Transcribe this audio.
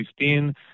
2015